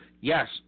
Yes